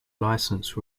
license